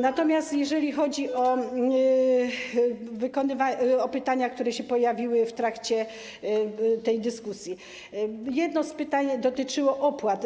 Natomiast jeżeli chodzi o pytania, które się pojawiły w trakcie tej dyskusji, jedno z pytań dotyczyło opłat